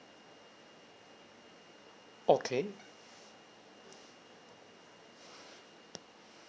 okay